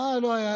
אה, לא היה.